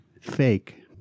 Fake